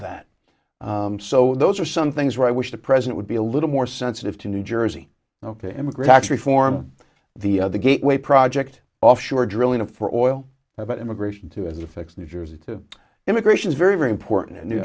that so those are some things where i wish the president would be a little more sensitive to new jersey ok immigrant actually form the the gateway project offshore drilling for oil about immigration to as a fix new jersey to immigration is very very important to new